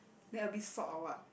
then a bit salt or what